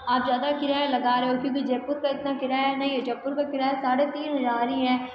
आप ज़्यादा किराया लगा रहे हो क्योंकि जयपुर का इतना किराया नहीं है जयपुर का किराया साढ़े तीन हज़ार ही है